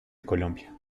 colombia